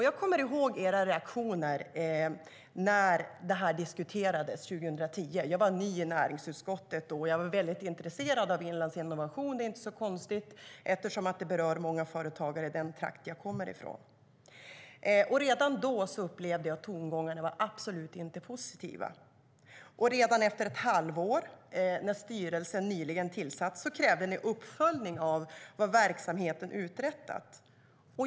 Jag kommer ihåg era reaktioner när detta diskuterades 2010. Jag var ny i näringsutskottet och var mycket intresserad av Inlandsinnovation, vilket inte är så konstigt eftersom det berör många företagare i den trakt som jag kommer från. Redan då upplevde jag tongångar som absolut inte var positiva. Redan efter ett halvår, när styrelsen nyligen tillsatts, krävde ni uppföljning av vad verksamheten hade uträttat.